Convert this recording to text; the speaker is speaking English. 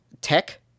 tech